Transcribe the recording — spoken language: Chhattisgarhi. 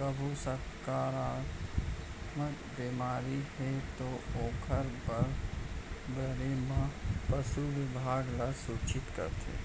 कभू संकरामक बेमारी हे तौ ओकर बारे म पसु बिभाग ल सूचित करथे